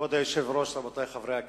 כבוד היושב-ראש, רבותי חברי הכנסת,